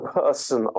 person